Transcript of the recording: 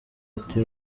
ati